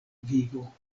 vivo